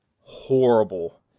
Horrible